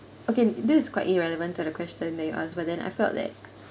okay this is quite irrelevant to the question that you ask but then I felt that